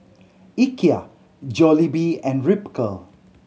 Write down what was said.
Ikea Jollibee and Ripcurl